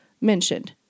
mentioned